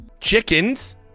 chickens